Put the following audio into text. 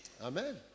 Amen